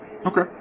Okay